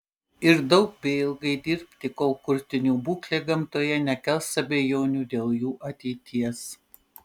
ir daug bei ilgai dirbti kol kurtinių būklė gamtoje nekels abejonių dėl jų ateities